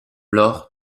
laure